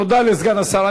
תודה לסגן השר.